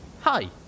Hi